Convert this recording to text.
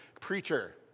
preacher